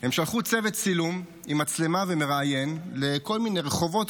הם שלחו צוות צילום עם מצלמה ומראיין לכל מיני רחובות,